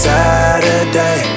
Saturday